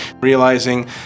realizing